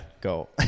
Go